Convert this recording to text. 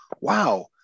wow